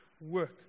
work